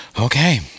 Okay